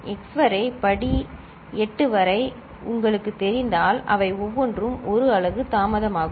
x வரை படி 8 வரை உங்களுக்குத் தெரிந்தால் அவை ஒவ்வொன்றும் 1 அலகு தாமதமாகும்